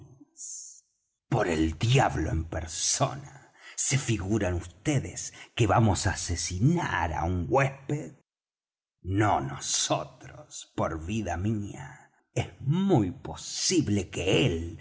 por el diablo en persona se figuran vds que vamos á asesinar á un huésped no nosotros por vida mía es muy posible que él